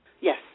Yes